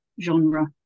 genre